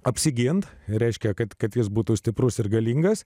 apsiginti reiškia kad kad jis būtų stiprus ir galingas